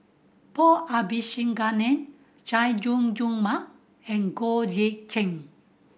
Paul Abisheganaden Chay Jung Jun Mark and Goh Eck Kheng